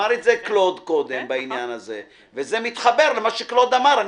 זה מתחבר למה שקלוד אברהים אמר קודם.